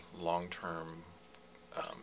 long-term